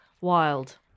Wild